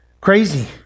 crazy